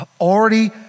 already